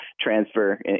transfer